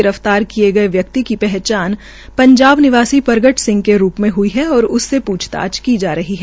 गिरफ्तार किए गए व्यक्ति की पहचान पंजाब निवासी प्रगट सिंह के रूप में हुई है और उससे पूछताछ की जा रही है